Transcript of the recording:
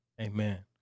Amen